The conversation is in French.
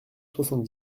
soixante